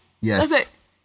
Yes